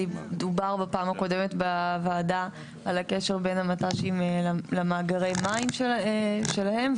דובר בפעם הקודמת בוועדה על הקשר בין המט"שים למאגרי המים שלהם,